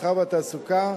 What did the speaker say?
המסחר והתעסוקה,